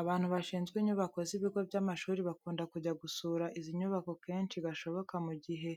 Abantu bashinzwe inyubako z'ibigo by'amashuri bakunda kujya gusura izi nyubako kenshi gashoboka mu gihe